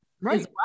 Right